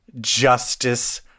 Justice